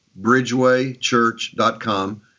bridgewaychurch.com